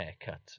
haircut